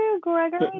Gregory